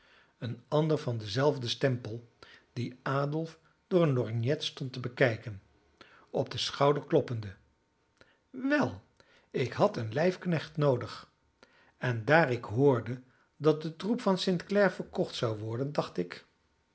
een ander van dienzelfden stempel die adolf door een lorgnet stond te bekijken op den schouder kloppende wel ik had een lijfknecht noodig en daar ik hoorde dat de troep van st clare verkocht zou worden dacht ik